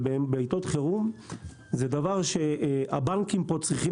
בעיתות חירום זה דבר שהבנקים צריכים